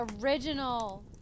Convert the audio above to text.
original